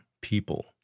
people